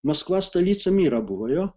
maskva stalica myra buvo jo